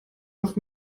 auf